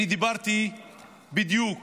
אני דיברתי בדיוק